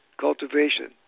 cultivation